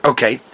Okay